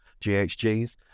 GHGs